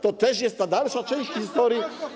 To też jest ta dalsza część historii.